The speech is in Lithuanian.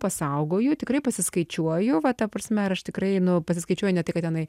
pasaugoju tikrai pasiskaičiuoju va ta prasme ar aš tikrai nu pasiskaičiuoju ne tai kad tenai